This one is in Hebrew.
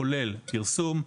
הכולל פרסום,